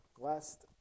last